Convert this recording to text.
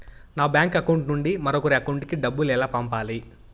నా bank account నుండి మరొకరి అకౌంట్ కు డబ్బులు ఎలా పంపాలి